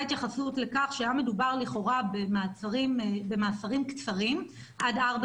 התייחסות לכך שהיה מדובר לכאורה במאסרים קצרים עד ארבע